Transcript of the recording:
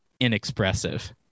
inexpressive